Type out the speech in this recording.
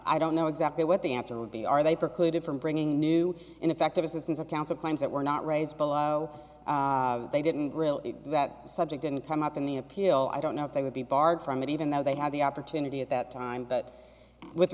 i don't know exactly what the answer would be are they precluded from bringing new ineffective assistance of counsel claims that were not raised below they didn't really that subject didn't come up in the appeal i don't know if they would be barred from it even though they had the opportunity at that time but with